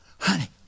honey